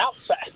outside